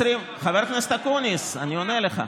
חבר הכנסת אקוניס, אני עונה לך.